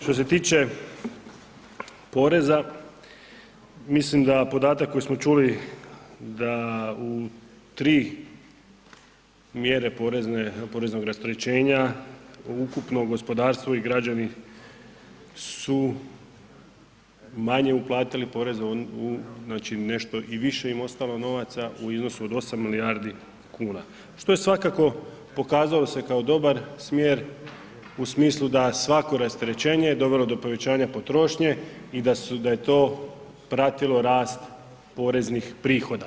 Što se tiče poreza, mislim da podatak koji smo čuli da u tri mjere poreznog rasterećenja ukupno gospodarstvo i građani su manje uplatili poreza, nešto im je više ostalo novaca u iznosu od 8 milijardi kuna, što je svakako pokazalo se kao dobar smjer u smislu da svako rasterećenje je dovelo do povećanja potrošnje i da je to pratilo rast poreznih prihoda.